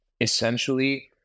essentially